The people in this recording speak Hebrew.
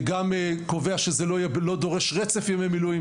גם קובע שזה לא דורש רצף ימי מילואים,